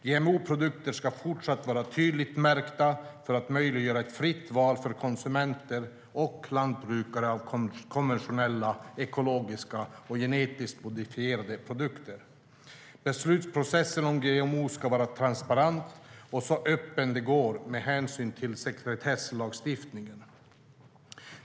GMO-produkter ska fortsatt vara tydligt märkta för att möjliggöra ett fritt val för konsumenter och lantbrukare av konventionella, ekologiska och genetiskt modifierade produkter. Beslutsprocessen om GMO ska vara transparent och så öppen det går med hänsyn till sekretesslagstiftningen.